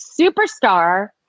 superstar